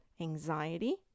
anxiety